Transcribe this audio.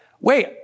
wait